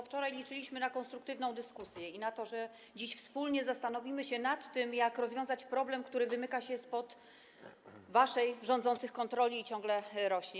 Wczoraj liczyliśmy na konstruktywną dyskusję i na to, że dziś wspólnie zastanowimy się nad tym, jak rozwiązać problem, który wymyka się spod waszej, rządzących, kontroli i ciągle rośnie.